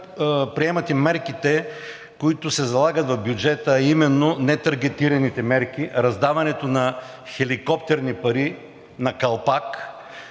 приемате мерките, които се залагат в бюджета, а именно нетаргетираните мерки: раздаването на хеликоптерни пари на калпак,